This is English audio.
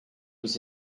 was